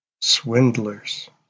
swindlers